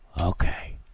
Okay